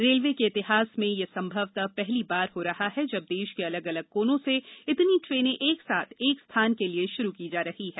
railway के इतिहास में यह संभवतः पहली बार हो रहा है जब देश के अलग अलग कोनों से इतनी ट्रेनें एक साथ एक स्थान के लिए प्रारंभ की जा रहीं हैं